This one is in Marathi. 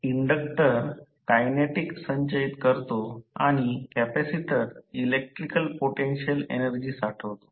आता इन्डक्टर कायनेटिक संचयित करतो आणि कॅपेसिटर इलेक्ट्रिकल पोटेन्शियल एनर्जी साठवतो